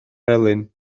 felyn